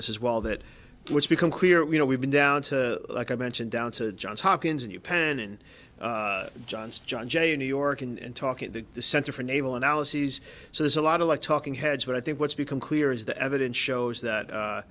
this is well that what's become clear you know we've been down to like i mentioned down to johns hopkins and u penn and johns john j in new york and talk at the center for naval analyses so there's a lot of like talking heads but i think what's become clear is the evidence shows that